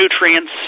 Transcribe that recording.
nutrients